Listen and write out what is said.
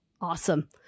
Awesome